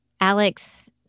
alex